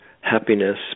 happiness